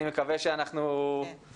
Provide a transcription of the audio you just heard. אני מקווה שאנחנו גם